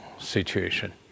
situation